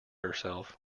herself